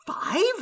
Five